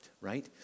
right